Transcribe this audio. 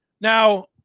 Now